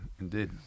indeed